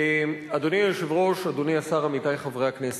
אדוני היושב-ראש, אדוני השר, עמיתי חברי הכנסת,